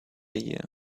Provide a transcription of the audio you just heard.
year